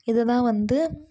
இதுதான் வந்து